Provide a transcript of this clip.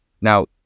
Now